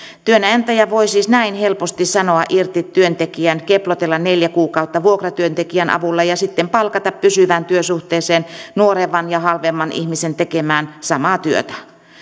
työnantaja voi siis näin helposti sanoa irti työntekijän keplotella neljä kuukautta vuokratyöntekijän avulla ja sitten palkata pysyvään työsuhteeseen nuoremman ja halvemman ihmisen tekemään samaa työtä